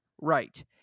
Right